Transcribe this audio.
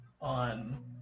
on